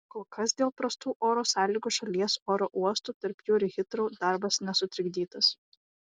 kol kas dėl prastų oro sąlygų šalies oro uostų tarp jų ir hitrou darbas nesutrikdytas